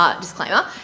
disclaimer